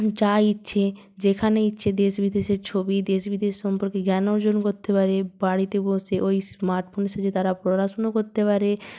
যা ইচ্ছে যেখানে ইচ্ছে দেশ বিদেশের ছবি দেশ বিদেশ সম্পর্কে জ্ঞান অর্জন করতে পারে বাড়িতে বসে ওই স্মার্টফোনের সাহায্যে তারা পড়াশোনা করতে পারে